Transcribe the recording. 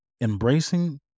embracing